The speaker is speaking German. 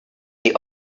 die